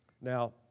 Now